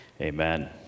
Amen